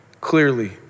clearly